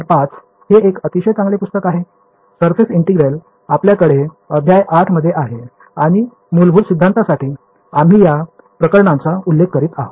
5 हे एक अतिशय चांगले पुस्तक आहे सरफेस ईंटेग्रेल आपल्याकडे अध्याय 8 मध्ये आहे आणि मूलभूत सिद्धांतासाठी आम्ही या प्रकरणांचा उल्लेख करीत आहोत